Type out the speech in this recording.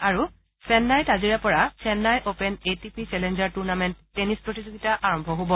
আৰু চেন্নাইত আজিৰে পৰা Chennai open A T P challenger tournament tennis প্ৰতিযোগিতা আৰম্ভ হ'ব